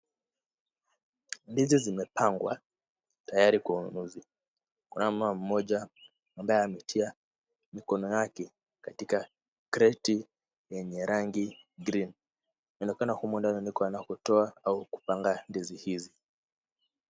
Ndizi zimepangwa, tayari kwa ununuzi. Kuna mama mmoja ambaye ametia mikono yake katika kreti yenye rangi green . Inaonekana humu ndani ndiko anakotoa au kupanga ndizi hizi.